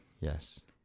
Yes